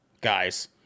guys